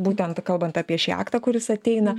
būtent kalbant apie šį aktą kuris ateina